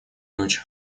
очень